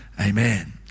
amen